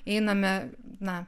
einame na